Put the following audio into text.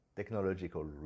technological